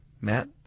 Matt